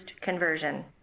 conversion